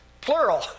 plural